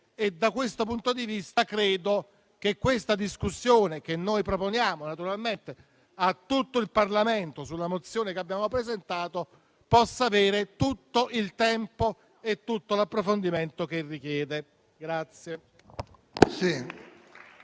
In quest'ottica, credo che la discussione che proponiamo a tutto il Parlamento, con la mozione che abbiamo presentato, possa avere tutto il tempo e tutto l'approfondimento che richiede.